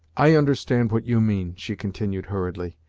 i understand what you mean, she continued, hurriedly,